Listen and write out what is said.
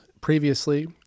previously